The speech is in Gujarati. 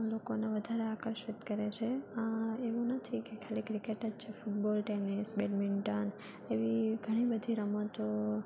લોકોને વધારે આકર્ષિત કરે છે એવું નથી કે ખાલી ક્રિકેટ જ છે ફૂટબોલ ટેનિસ બેડમિન્ટન એવી ઘણી બધી રમતો